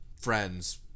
Friends